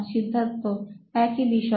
সিদ্ধার্থ একই বিষয়ে